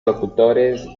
locutores